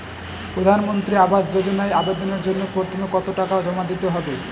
প্রধানমন্ত্রী আবাস যোজনায় আবেদনের জন্য প্রথমে কত টাকা জমা দিতে হবে?